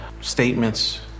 statements